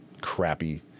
crappy